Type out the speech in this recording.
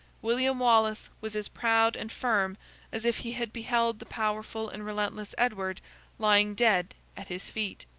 william wallace was as proud and firm as if he had beheld the powerful and relentless edward lying dead at his feet.